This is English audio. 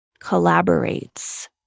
collaborates